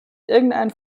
irgendeinen